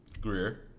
Greer